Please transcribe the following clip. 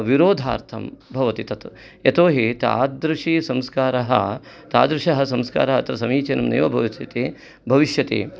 विरोधार्थं भवति तत् यतोहि तादृशी संस्कारः तादृशः संस्कार तत् समीचीनं नैव भवेत् इति भविष्यति